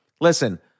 listen